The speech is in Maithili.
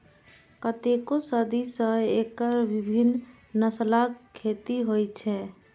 कतेको सदी सं एकर विभिन्न नस्लक खेती होइ छै